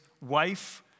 wife